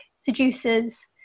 seducers